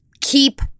keep